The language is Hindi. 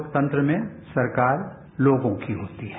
लोकतंत्र में सरकार लोगों की होती है